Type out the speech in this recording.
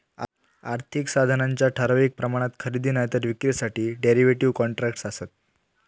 आर्थिक साधनांच्या ठराविक प्रमाणात खरेदी नायतर विक्रीसाठी डेरीव्हेटिव कॉन्ट्रॅक्टस् आसत